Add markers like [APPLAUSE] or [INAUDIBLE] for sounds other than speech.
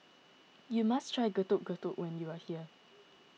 you must try Getuk Getuk when you are here [NOISE]